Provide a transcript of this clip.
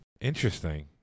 Interesting